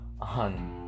on